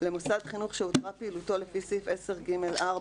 למוסד חינוך שהותרה פעילותו לפי סעיף 10(ג)(4)